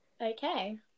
Okay